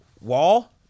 wall